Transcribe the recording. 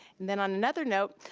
and then on another note,